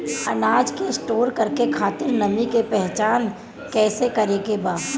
अनाज के स्टोर करके खातिर नमी के पहचान कैसे करेके बा?